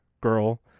girl